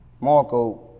Marco